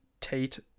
Tate